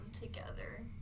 together